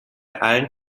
allen